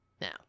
Now